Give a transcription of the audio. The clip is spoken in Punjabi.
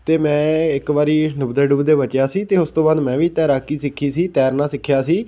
ਅਤੇ ਮੈਂ ਇੱਕ ਵਾਰੀ ਡੁੱਬਦੇ ਡੁੱਬਦੇ ਬਚਿਆ ਸੀ ਅਤੇ ਉਸ ਤੋਂ ਬਾਅਦ ਮੈਂ ਵੀ ਤੈਰਾਕੀ ਸਿੱਖੀ ਸੀ ਤੈਰਨਾ ਸਿੱਖਿਆ ਸੀ